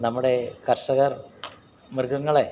നമ്മടേ കർഷകർ മൃഗങ്ങളെ